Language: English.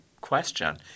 question